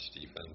defense